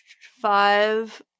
five